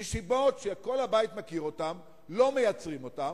מסיבות שכל הבית מכיר אותן לא מייצרים אותם,